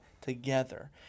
together